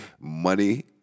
Money